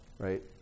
right